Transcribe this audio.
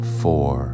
four